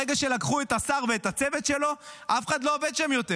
ברגע שלקחו את השר ואת הצוות שלו אף אחד לא עובד שם יותר.